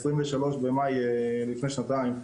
ב-23 במאי לפני שנתיים,